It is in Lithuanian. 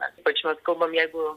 na ypač vat kalbam jeigu